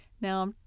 Now